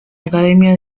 academia